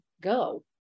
go